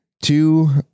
two